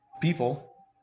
people